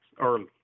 early